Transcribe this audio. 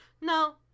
no